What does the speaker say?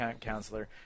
counselor